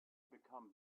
become